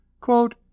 Quote